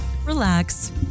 relax